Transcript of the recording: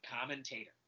commentator